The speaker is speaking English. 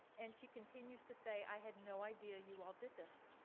and she continues to say, i had no idea you all did this.